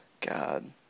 God